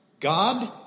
god